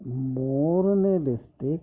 ಮೂರನೇ ಡಿಸ್ಟಿಕ್